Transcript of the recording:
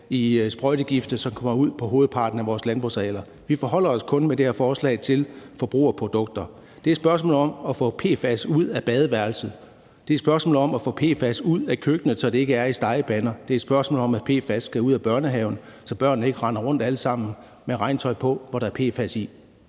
i sprøjtegifte, som kommer ud på hovedparten af vores landbrugsarealer. Vi forholder os med det her forslag kun til forbrugerprodukter. Det er et spørgsmål om at få PFAS ud af badeværelset; det er et spørgsmål om at få PFAS ud af køkkenet, så det ikke er i stegepander; det er et spørgsmål om, at PFAS skal ud af børnehaven, så børnene ikke alle sammen render rundt med regntøj på, hvor der er PFAS i.